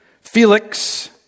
Felix